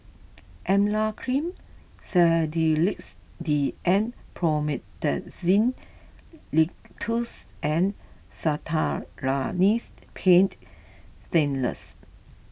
Emla Cream Sedilix D M Promethazine Linctus and Castellani's Paint Stainless